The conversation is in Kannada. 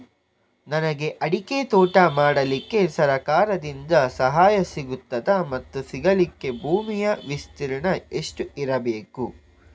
ನನಗೆ ಅಡಿಕೆ ತೋಟ ಮಾಡಲಿಕ್ಕೆ ಸರಕಾರದಿಂದ ಸಹಾಯ ಸಿಗುತ್ತದಾ ಮತ್ತು ಸಿಗಲಿಕ್ಕೆ ಭೂಮಿಯ ವಿಸ್ತೀರ್ಣ ಎಷ್ಟು ಇರಬೇಕು?